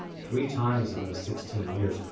three times in those sixteen years,